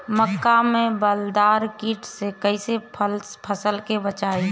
मक्का में बालदार कीट से कईसे फसल के बचाई?